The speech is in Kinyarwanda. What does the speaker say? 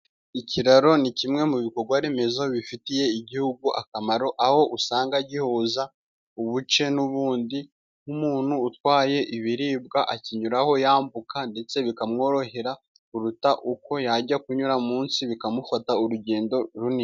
Ikiraro ni kimwe mu bikorwa remezo bifitiye igihugu akamaro, aho usanga gihuza ubuce n'ubundi, nk'umuntu utwaye ibiribwa akinyuraho yambuka, ndetse bikamworohera kuruta uko yajya kunyura munsi, bikamufata urugendo runini.